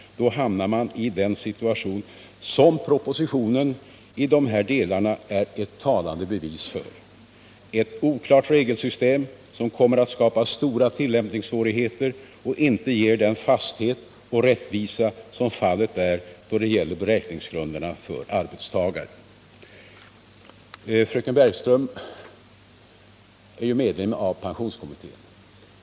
Då hamnar man i den situation som propositionen i de här delarna är ett talande bevis för: ett oklart regelsystem som kommer att skapa stora tillämpningssvårigheter och inte ge den fasthet och rättvisa som fallet är då det gäller beräkningsgrunderna för arbetstagare. Fröken Bergström är ju medlem av pensionskommittén.